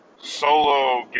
Solo